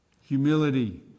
humility